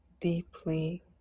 deeply